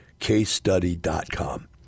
casestudy.com